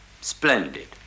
Splendid